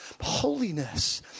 holiness